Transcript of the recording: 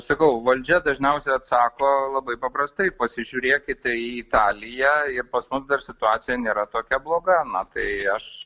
sakau valdžia dažniausiai atsako labai paprastai pasižiūrėkite į italiją ir pas mus dar situacija nėra tokia bloga na tai aš